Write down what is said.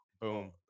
Boom